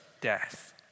death